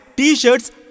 T-Shirts